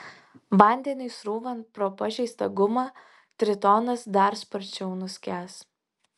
vandeniui srūvant pro pažeistą gumą tritonas dar sparčiau nuskęs